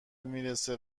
میرسه